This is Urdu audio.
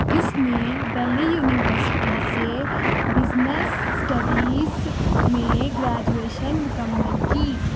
اس نے دلی یونیورسٹی سے بزنس اسٹڈیس میں گریجویشن مکمل کی